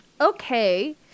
Okay